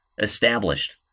established